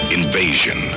invasion